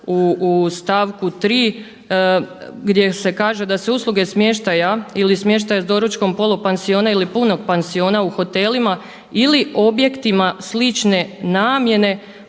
u stavku 3. gdje se kaže da se usluge smještaja ili smještaja s doručkom, polupansiona ili punog pansiona u hotelima ili objektima slične namjene